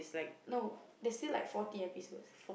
no there's still like forty episodes